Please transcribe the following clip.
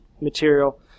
material